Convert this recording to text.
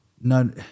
No